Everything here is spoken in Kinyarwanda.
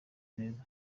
neza